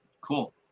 cool